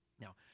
Now